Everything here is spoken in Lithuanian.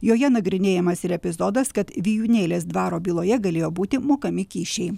joje nagrinėjamas ir epizodas kad vijūnėlės dvaro byloje galėjo būti mokami kyšiai